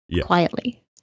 quietly